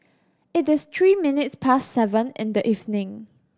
it is three minutes past seven in the evening